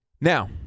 Now